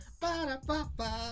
ba-da-ba-ba